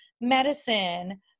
medicine